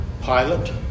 Pilot